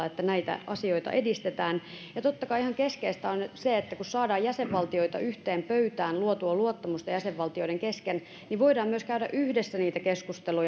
että näitä asioita edistetään ja totta kai ihan keskeistä on se että kun saadaan jäsenvaltioita yhteen pöytään luotua luottamusta jäsenvaltioiden kesken niin voidaan myös käydä yhdessä